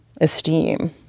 esteem